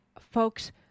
folks